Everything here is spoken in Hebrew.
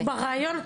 ברעיון.